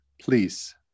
please